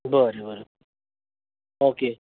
बरें बरें ओके